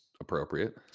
appropriate